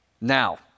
Now